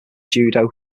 judo